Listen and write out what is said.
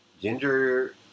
Ginger